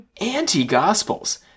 anti-gospels